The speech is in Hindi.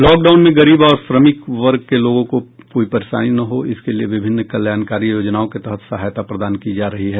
लॉकडाउन में गरीब और श्रमिक वर्ग के लोगों को कोई परेशानी न हो इसके लिए विभिन्न कल्याणकारी योजनाओं के तहत सहायता प्रदान की जा रही है